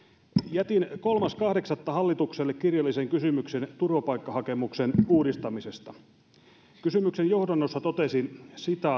jätin kolmas kahdeksatta hallitukselle kirjallisen kysymyksen turvapaikkahakemuksen uudistamisesta kysymyksen johdannossa totesin